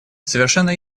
совершенно